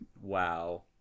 Wow